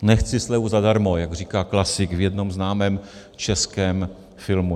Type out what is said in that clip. Nechci slevu zadarmo, jak říká klasik v jednom známém českém filmu.